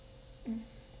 mm